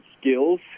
skills